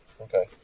Okay